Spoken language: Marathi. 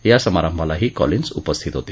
या समारंभाला कॉलिन्स उपस्थित होते